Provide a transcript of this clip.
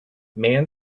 man